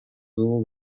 dugu